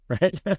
Right